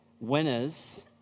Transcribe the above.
winners